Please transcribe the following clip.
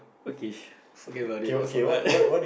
okay forget about it I forgot